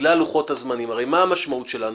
בגלל לוחות הזמנים הרי מה המשמעות שלנו?